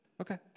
Okay